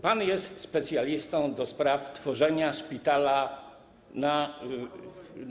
Pan jest specjalistą do spraw tworzenia Szpitala Narodowego.